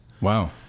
Wow